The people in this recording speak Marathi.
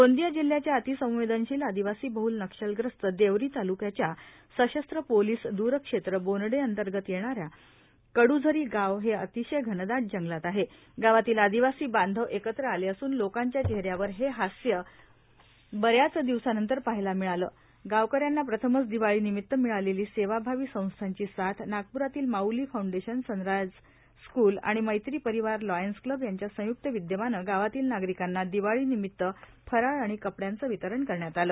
गोंदिया जिल्याच्या अतिसंवेदनशील आदिवासी बहल नक्षलग्रस्त देवरी तालुक्याच्या शसस्त्र पोलिस दूरक्षेत्र बोनडे अंतर्गत येणारा कडूझरी गाव हे अतिशय घनदाट जंगलात असून गावातील आदिवासी बांधव एकत्र आले असून लोकांच्या चेहऱ्यावर हे हास्य बऱ्याच दिवसा नंतर पाहायला मिळाले गावकऱ्याना प्रथमच दिवाळी निमित्त मिळालेली सेवा भावी संस्थांची साथ नागप्रातील माउली फाउंडेशन सनराईज स्कूल आणि मैत्री परिवार लॉयन्स क्लब यांच्या संयुक्त विद्यमानं गावातील नागिरकांना दिवाळी निमित्त फराळ आणि कपड्यांचे वितरण करण्यात आले